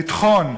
לטחון.